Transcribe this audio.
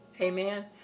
Amen